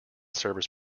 service